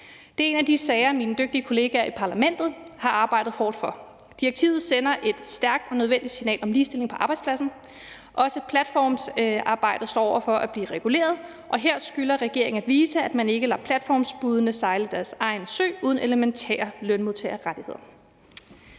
Det er en af de sager, mine dygtige kollegaer i Parlamentet har arbejdet hårdt for. Direktivet sender et stærkt og nødvendigt signal om ligestilling på arbejdspladsen. Også platformsarbejde står over for at blive reguleret, og her skylder regeringen at vise, at man ikke lader platformsbudene sejle deres egen sø uden elementære lønmodtagerrettigheder.